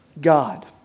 God